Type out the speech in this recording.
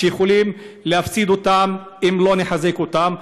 שיכולים להפסיד אותם אם לא נחזק אותם.